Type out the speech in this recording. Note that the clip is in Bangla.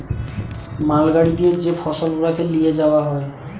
মাল গাড়ি দিয়ে যে ফসল গুলাকে লিয়ে যাওয়া হয়